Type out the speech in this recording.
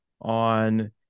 on